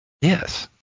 Yes